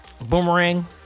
boomerang